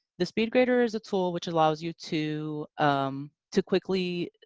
the speedgrader is a tool which allows you to um to quickly